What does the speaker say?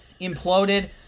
imploded